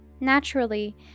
Naturally